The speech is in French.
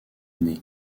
année